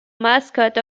mascot